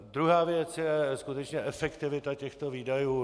Druhá věc je skutečně efektivita těchto výdajů.